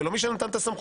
לא מי שנתן את הסמכויות,